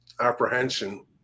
apprehension